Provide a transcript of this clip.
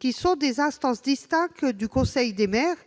des maires, instances distinctes du conseil des maires